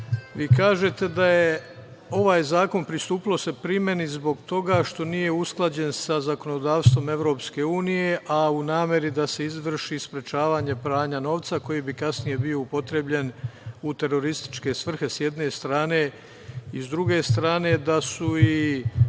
Vi kažete da je ovaj zakon, pristupilo se primeni zbog toga što nije usklađen sa zakonodavstvom Evropske unije, a u nameri da se izvrši sprečavanje pranja novca koji bi kasnije bio upotrebljen u terorističke svrhe, s jedne strane, i s druge strane, da su i